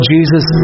Jesus